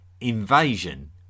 invasion